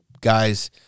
guys